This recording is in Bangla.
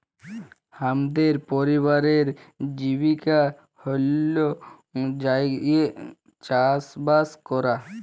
হামদের পরিবারের জীবিকা হল্য যাঁইয়ে চাসবাস করা